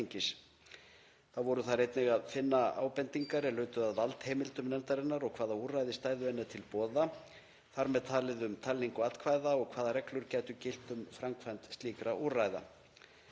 Þá voru þar einnig að finna ábendingar er lutu að valdheimildum nefndarinnar og hvaða úrræði stæðu henni til boða, þar með talið um talningu atkvæða og hvaða reglur gætu gilt um framkvæmd slíkra úrræða.